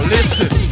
Listen